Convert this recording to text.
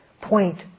point